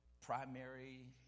primary